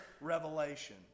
revelation